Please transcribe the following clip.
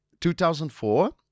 2004